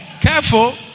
Careful